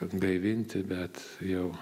atgaivinti bet jau